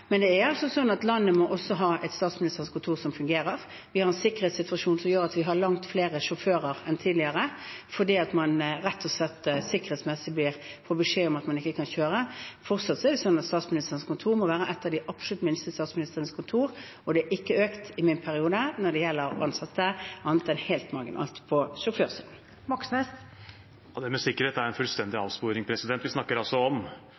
men det er altså sånn at landet må ha et Statsministerens kontor som fungerer. Vi har en sikkerhetssituasjon som gjør at vi har langt flere sjåfører enn tidligere, man får rett og slett beskjed om at man ikke kan kjøre av sikkerhetsmessige grunner. Fortsatt er det sånn at Statsministerens kontor må være et av de absolutt minste statsministerkontorene, og det har ikke økt i min periode når det gjelder ansatte, annet enn helt marginalt på sjåførsiden. Det blir oppfølgingsspørsmål – først Bjørnar Moxnes. Det med sikkerhet er en fullstendig avsporing. Vi snakker om